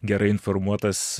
gerai informuotas